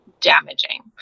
damaging